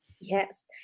Yes